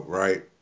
right